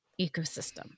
ecosystem